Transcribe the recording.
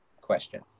question